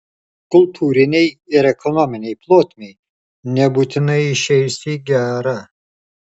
kultūrinei ir ekonominei plotmei nebūtinai išeis į gerą